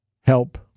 help